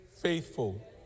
faithful